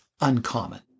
uncommon